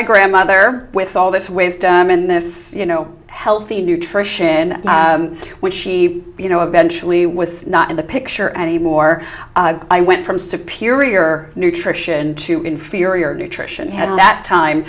a grandmother with all this wisdom and this you know healthy nutrition when she you know eventually was not in the picture anymore i went from superior nutrition to inferior nutrition had at that time